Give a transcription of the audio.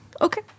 Okay